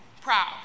Proud